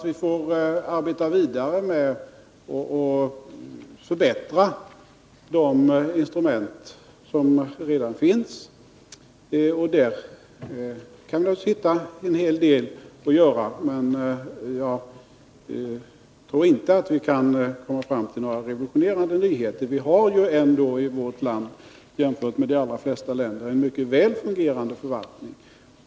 Vi får nog arbeta vidare med att förbättra de instrument som redan finns. Där kan man naturligtvis hitta en hel del att göra, men jag tror inte att vi kan komma fram till några revolutionerande nyheter. Vi har ju ändå i vårt land en mycket väl fungerande förvaltning jämfört med de allra flesta länder.